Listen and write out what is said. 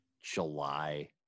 July